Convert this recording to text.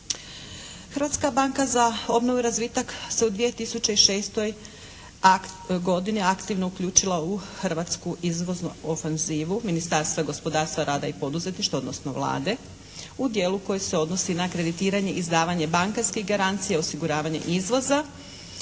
Hrvatska banka za obnovu i razvitak se u 2006. godini aktivno uključila u hrvatsku izvoznu ofenzivu Ministarstva gospodarstva, rada i poduzetništva odnosno Vlade u dijelu koji se odnosi na kreditiranje i izdavanje bankarskih garancija, osiguravanje izvoza.